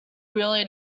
really